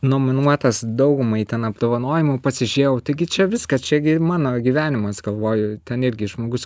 nominuotas daugumai ten apdovanojimų pats išėjau taigi čia viskas čia gi mano gyvenimas galvoju ten irgi žmogus